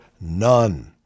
none